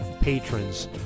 patrons